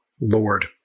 Lord